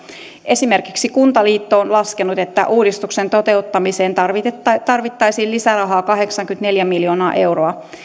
esimerkiksi kuntaliitto on laskenut että uudistuksen toteuttamiseen tarvittaisiin tarvittaisiin lisärahaa kahdeksankymmentäneljä miljoonaa euroa